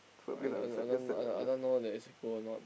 I I I don't want know I I don't want know that it's cool or not